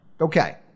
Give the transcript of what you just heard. Okay